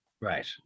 right